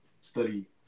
study